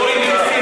היו קוראים מסים.